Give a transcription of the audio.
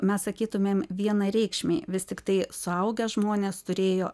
mes sakytumėm vienareikšmiai vis tiktai suaugę žmonės turėjo